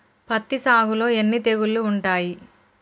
పత్తి సాగులో ఎన్ని తెగుళ్లు ఉంటాయి?